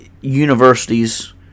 universities